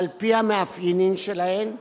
על-פי המאפיינים שלהן,